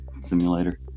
simulator